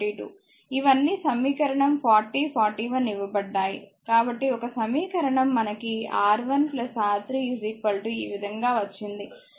ఇవన్నీ సమీకరణం 4041 ఇవ్వబడ్డాయి కాబట్టి ఒక సమీకరణం మనకి R1 R3 ఈ విధంగా వచ్చింది